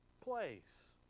place